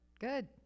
Good